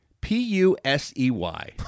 P-U-S-E-Y